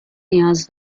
نیاز